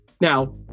Now